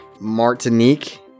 Martinique